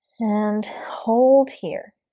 and hold here